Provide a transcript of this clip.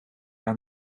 aan